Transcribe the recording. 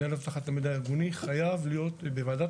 מנהל אבטחת המידע הארגוני חייב להיות בוועדת